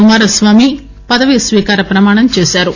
కుమారస్వామి పదవీ స్వీకార ప్రమాణం చేశారు